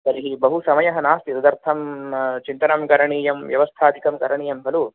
तर्हि बहु समयः नास्ति तदर्थं चिन्तनं करणीयं व्यवस्थादिकं करणीयं खलु